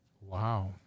Wow